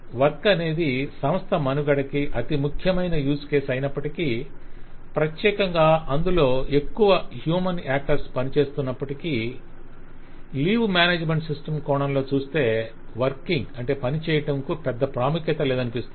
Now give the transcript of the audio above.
work అనేది సంస్థ మనుగడకి అతి ముఖ్యమైన యూస్ కేసు అయినప్పటికీ ప్రత్యేకంగా అందులో ఎక్కువ హ్యూమన్ యాక్టర్స్ పనిచేస్తున్నప్పటికీ లీవ్ మ్యానేజ్మెంట్ సిస్టమ్ కోణంలో చూస్తే వర్కింగ్ పనిచేయటం కు పెద్ద ప్రాముఖ్యత లేదనిపిస్తుంది